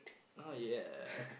ah yeah